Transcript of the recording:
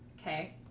Okay